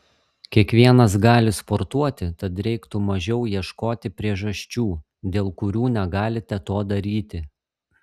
kiekvienas gali sportuoti tad reiktų mažiau ieškoti priežasčių dėl kurių negalite to daryti